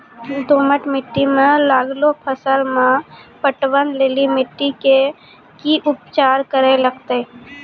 दोमट मिट्टी मे लागलो फसल मे पटवन लेली मिट्टी के की उपचार करे लगते?